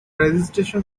registration